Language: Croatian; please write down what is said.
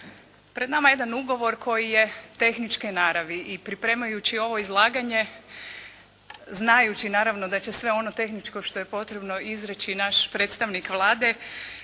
pred nama je jedan ugovor koji je tehničke naravi i pripremajući ovo izlaganje, znajući naravno da će sve ono tehničko što je potrebno izreći naš predstavnik Vlade